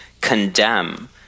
condemn